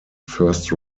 first